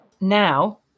Now